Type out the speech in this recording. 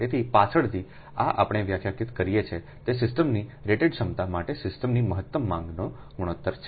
તેથી પાછળથી આ આપણે વ્યાખ્યાયિત કરીએ છીએ તે સિસ્ટમની રેટેડ ક્ષમતા માટે સિસ્ટમની મહત્તમ માંગના ગુણોત્તર છે